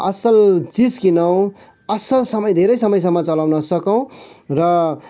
असल चिज किनौँ असल समय धेरै समयसम्म चलाउन सकौँ र